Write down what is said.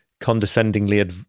condescendingly